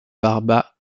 barba